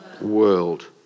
world